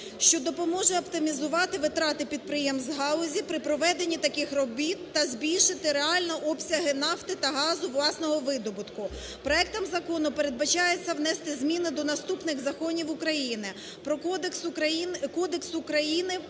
що допоможе оптимізувати витрати підприємств галузі при проведенні таких робіт та збільшити реально обсяги нафти та газу власного видобутку. Проектом закону передбачається внести зміни до наступних законів України: